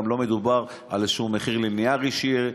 גם לא מדובר על איזה מחיר לינארי שיהיה,